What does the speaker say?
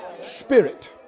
spirit